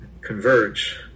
converge